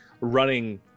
running